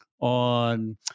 on